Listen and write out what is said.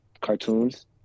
cartoons